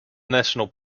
national